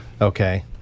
Okay